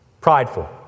Prideful